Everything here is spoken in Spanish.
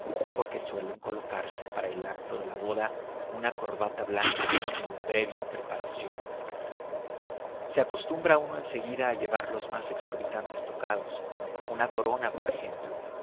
porque suelen colocarse para el acto de la boda una corbata blanca sin previa preparación se acostumbra uno en seguida a llevar los más exorbitantes tocados una corona por ejemplo